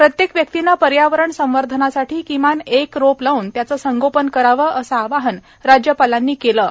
प्रत्येक व्यक्तीने पर्यावरण संवर्धनासाठी किमान एक रोप लावून त्याचे संगोपन करावे असे आवाहन राज्यपालांनी केले आहे